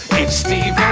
it's steve